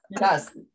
Yes